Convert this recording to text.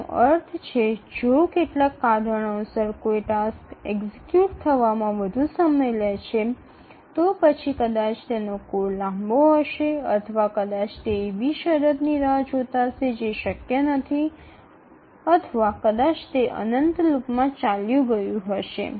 যার অর্থ যদি কোনও কারণে যদি কোনও কার্য সম্পাদন করতে আরও বেশি সময় নেয় তবে সম্ভবত এটি কোনও কোডের জন্য আরও দীর্ঘ পথ নিয়েছে বা সম্ভবত এটি এমন কোনও পরিস্থিতির জন্য অপেক্ষা করেছিল যা ঘটেছিল না বা হতে পারে একটি অসীম লুপ মধ্যে চলে গেছে